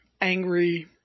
angry